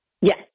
Yes